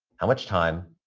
how much time,